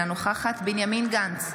אינה נוכחת בנימין גנץ,